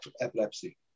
epilepsy